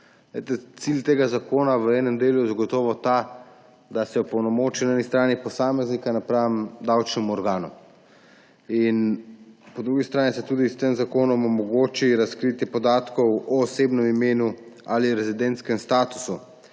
Cilj tega zakona v enem delu je zagotovo ta, da se opolnomoči na eni strani posameznika napram davčnemu organu. Po drugi strani se s tem zakonom omogoči razkritje podatkov o osebnem imenu ali rezidentskem statusu,